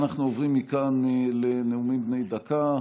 אנחנו עוברים מכאן לנאומים בני דקה.